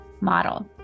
model